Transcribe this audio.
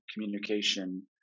communication